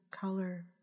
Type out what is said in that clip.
color